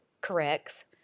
corrects